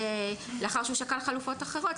לאחר שהוא שקל חלופות אחרות,